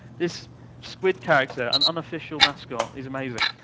this squid character, an unofficial mascot. it's amazing.